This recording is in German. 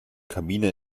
kabine